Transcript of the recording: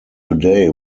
today